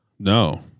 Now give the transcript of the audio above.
No